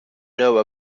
know